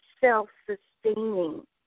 self-sustaining